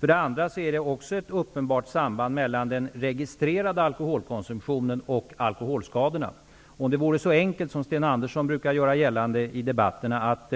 För det andra finns det ett uppenbart samband mellan den registrerade alkoholkonsumtionen och alkoholskadorna. Om det vore så enkelt som Sten Andersson i Malmö brukar göra gällande i debatterna, att